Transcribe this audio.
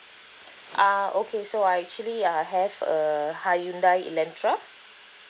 ah okay so I actually I have a hyundai elentra